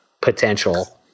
potential